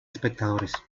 espectadores